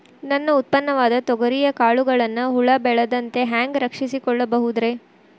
ನನ್ನ ಉತ್ಪನ್ನವಾದ ತೊಗರಿಯ ಕಾಳುಗಳನ್ನ ಹುಳ ಬೇಳದಂತೆ ಹ್ಯಾಂಗ ರಕ್ಷಿಸಿಕೊಳ್ಳಬಹುದರೇ?